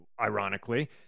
ironically